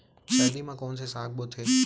सर्दी मा कोन से साग बोथे?